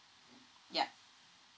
yup